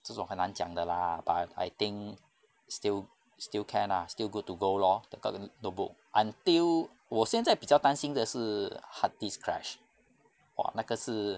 这种很难讲的 lah but I think still still can still good to go lor the notebook until 我现在比较担心的是 hard disk crash !wah! 那个是